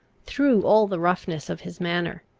through all the roughness of his manner.